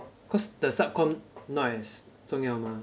cause the sub comm not as 重要 mah